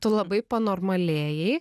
tu labai panormalėjai